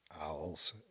owls